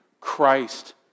Christ